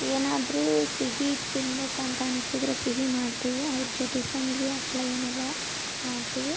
ಏನಾದರೂ ಸಿಹಿ ತಿನ್ನಬೇಕು ಅಂತ ಅನ್ನಿಸಿದರೆ ಸಿಹಿ ಮಾಡ್ತೀವಿ ಅದ್ರ ಜೊತೆ ಸಂಡ್ಗಿ ಹಪ್ಳ ಇವನ್ನೆಲ್ಲಾ ಮಾಡ್ತೀವಿ